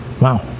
Wow